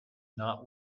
not